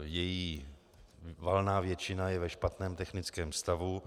Její valná většina je ve špatném technickém stavu.